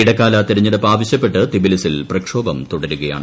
ഇടക്കാല തിരഞ്ഞെടുപ്പ് ആവശ്യപ്പെട്ട് തിബിലി സ്സിൽ പ്രക്ഷോഭം തുടരുകയാണ്